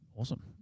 Awesome